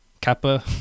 kappa